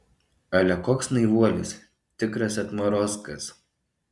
ale koks naivuolis tikras atmarozkas